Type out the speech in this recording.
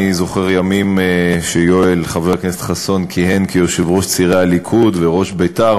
אני זוכר ימים שחבר הכנסת חסון כיהן כיושב-ראש צעירי הליכוד וראש בית"ר.